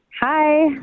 Hi